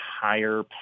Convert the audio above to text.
higher